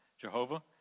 Jehovah